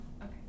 okay